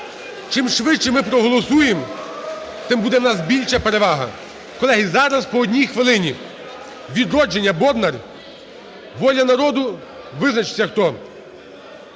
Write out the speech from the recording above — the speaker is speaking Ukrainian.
чим швидше ми проголосуємо, тим буде в нас більше перевага. Колеги, зараз по одній хвилині. "Відродження" – Бондар, "Воля народу" – визначтеся хто.